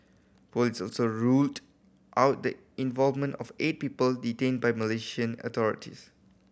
police also ruled out the involvement of eight people detained by the Malaysian authorities